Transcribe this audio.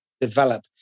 develop